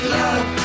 love